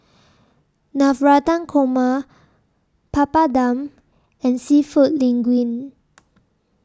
Navratan Korma Papadum and Seafood Linguine